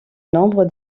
nombre